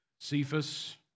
Cephas